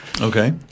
Okay